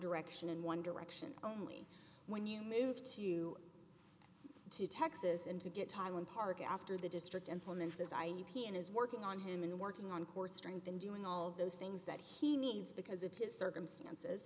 direction in one direction only when you moved to to texas and to get tile and park after the district implements as i e p n is working on him and working on core strength and doing all those things that he needs because of his circumstances